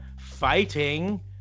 fighting